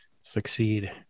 succeed